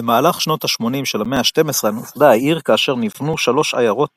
במהלך שנות השמונים של המאה ה-12 נוסדה העיר כאשר נבנו שלוש עיירות